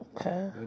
Okay